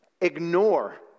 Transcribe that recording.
ignore